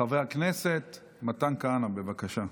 חבר הכנסת מתן כהנא, בבקשה.